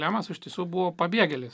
lemas iš tiesų buvo pabėgėlis